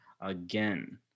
again